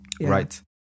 right